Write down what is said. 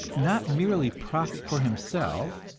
not merely profit for himself,